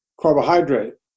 carbohydrate